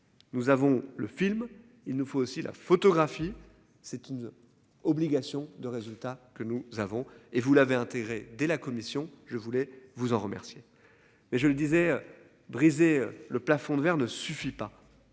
Nous avons le film. Il nous faut aussi la photographie c'est une obligation de résultat que nous avons et vous l'avez intérêt dès la commission je voulais vous en remercier. Mais je le disais, briser le plafond de verre ne suffit pas.